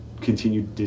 continue